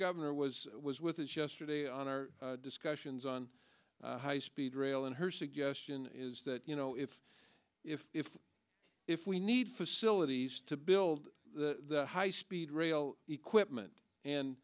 governor was was with us yesterday on our discussions on high speed rail and her suggestion is that you know if if if if we need facilities to build the high speed rail equipment and